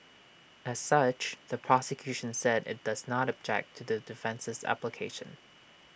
as such the prosecution said IT does not object to the defence's application